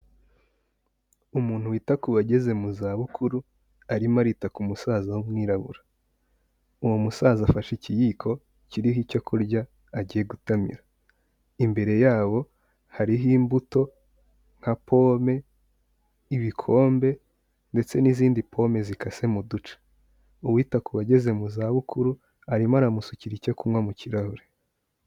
Umuntu wita ku bageze mu zabukuru arimo arita ku musaza w'umwirabura. Uwo musaza afashe ikiyiko kiriho icyo kurya agiye gutamira. Imbere yabo hariho imbuto nka pome, ibikombe ndetse n'izindi pome zikase mu duce. Uwita ku bageze mu zabukuru arimo aramusukira icyo kunywa mu kirahure.